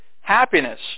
happiness